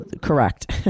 correct